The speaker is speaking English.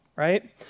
Right